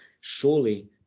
surely